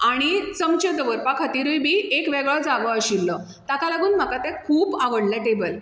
आनी चमचे दवरपा खातिरूय बी एक वेगळो जागो आशिल्लो ताका लागून म्हाका तें खूब आवडलें टेबल